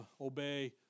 obey